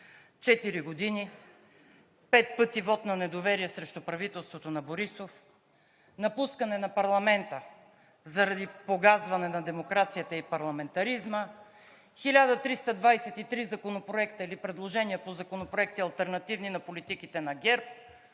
четири години – пет пъти вот на недоверие срещу правителството на Борисов, напускане на парламента заради погазване на демокрацията и парламентаризма, 1323 законопроекта или предложения по законопроекти, алтернативни на политиките на ГЕРБ.